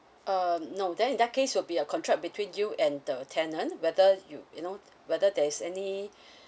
uh no then in that case will be a contract between you and the tenant whether you you know whether there is any